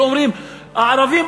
כי אומרים: הערבים,